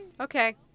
Okay